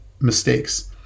mistakes